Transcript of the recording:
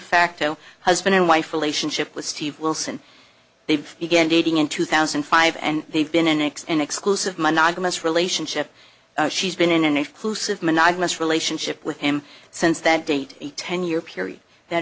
facto husband and wife relationship with steve wilson they've began dating in two thousand and five and they've been an ex and exclusive monogamous relationship she's been in an exclusive monogamous relationship with him since that date a ten year period that